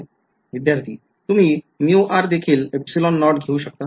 विध्यार्थी तुम्ही µ r देखील एप्सिलॉन नॉट घेऊ शकता